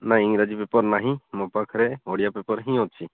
ନାଇଁ ଇଂରାଜୀ ପେପର୍ ନାହିଁ ମୋ ପାଖରେ ଓଡ଼ିଆ ପେପର୍ ହିଁ ଅଛି